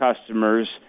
customers